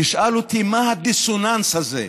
תשאל אותי: מה הדיסוננס הזה?